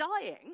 dying